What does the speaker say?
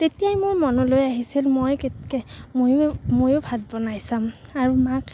তেতিয়াই মোৰ মনলৈ আহিছিল মই ময়ো ময়ো ভাত বনাই চাম আৰু মাক